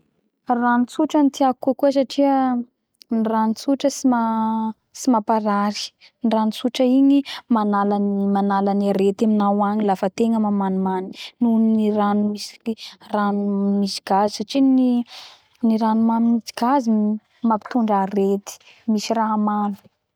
Rano tsotra ny tiako kokoa satria ny rano tsotra tsy ma tsy maparary ny rano tsotra igny i manala ny arety aminao agny lafa ategna mamanimany noho ny ny rano misy rano misy gaz satria ny rano mamy misy gaz mapitondra arety misy raha mamy